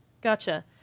Gotcha